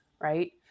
Right